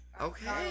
Okay